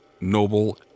noble